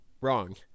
wrong